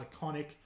iconic